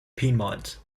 piedmont